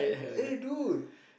eh dude